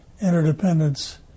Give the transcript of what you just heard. interdependence